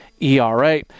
ERA